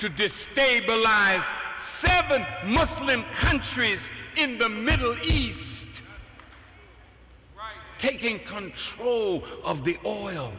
to destabilize seven muslim countries in the middle east taking control of the o